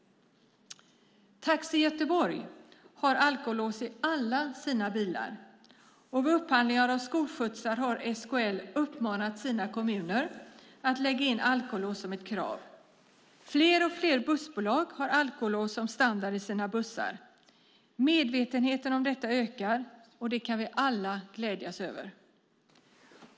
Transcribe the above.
Taxi Göteborg har alkolås i alla sina bilar, och vid upphandlingar av skolskjutsar har SKL uppmanat sina kommuner att lägga in alkolås som ett krav. Fler och fler bussbolag har alkolås som standard i sina bussar. Medvetenheten om detta ökar, och det kan vi alla glädjas över.